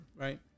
right